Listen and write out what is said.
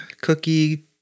cookie